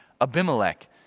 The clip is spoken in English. Abimelech